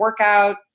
workouts